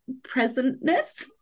presentness